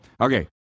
Okay